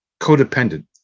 codependent